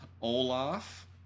Olaf